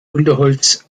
unterholz